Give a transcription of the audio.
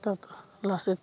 তাত লাচিত